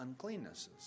uncleannesses